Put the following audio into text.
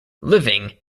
living